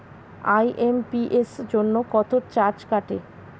IMPS জন্য কত charge কাটে?